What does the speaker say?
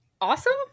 awesome